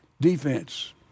defense